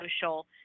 social